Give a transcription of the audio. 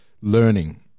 learning